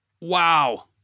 Wow